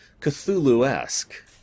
Cthulhu-esque